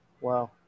Wow